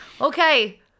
Okay